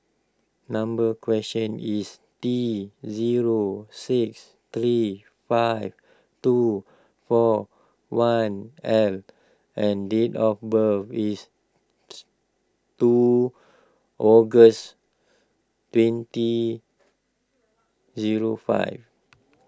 number is T zero six three five two four one L and date of birth is two August twenty zero five